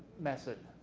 method.